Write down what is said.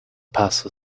passed